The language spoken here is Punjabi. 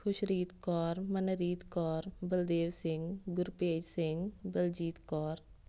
ਖੁਸ਼ਰੀਤ ਕੌਰ ਮਨਰੀਤ ਕੌਰ ਬਲਦੇਵ ਸਿੰਘ ਗੁਰਭੇਜ ਸਿੰਘ ਬਲਜੀਤ ਕੌਰ